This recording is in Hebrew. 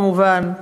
כמובן,